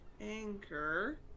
anchor